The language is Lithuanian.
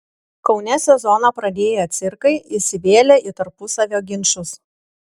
kaune sezoną pradėję cirkai įsivėlė į tarpusavio ginčus